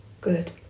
Good